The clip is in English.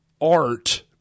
art